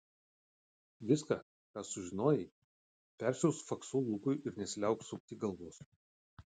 viską ką sužinojai persiųsk faksu lukui ir nesiliauk sukti galvos